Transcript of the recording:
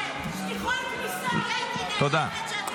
תודה.